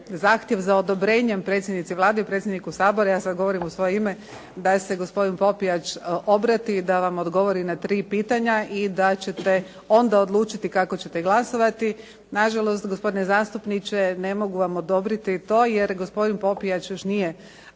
zahtjev za odobrenjem predsjednici Vlade i predsjedniku Sabora, ja sada govorim u svoje ime, da se gospodin Popijač obrati i da vam odgovori na tri pitanja i da ćete onda odlučiti kako ćete glasovati. Nažalost, gospodine zastupniče ne mogu vam odobriti to jer gospodin Popijač još nije